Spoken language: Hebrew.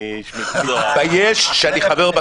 באיזה יום ובאיזו שעה,